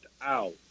out